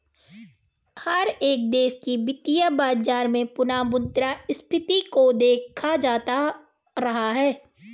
हर एक देश के वित्तीय बाजार में पुनः मुद्रा स्फीती को देखा जाता रहा है